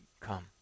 come